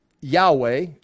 Yahweh